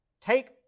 Take